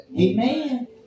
Amen